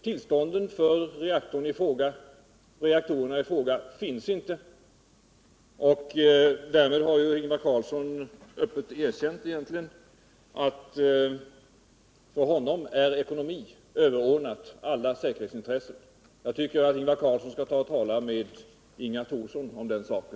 Tillstånden för reaktorerna i fråga finns inte och därmed har egentligen Ingvar Carlsson öppet erkänt att ekonomin för honom är överordnad alla säkerhetsintressen. Jag tycker att Ingvar Carlsson vid något lämpligt tillfälle bör tala med Inga Thorsson om den saken.